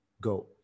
go